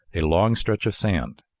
a long stretch of sand.